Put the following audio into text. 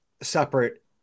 separate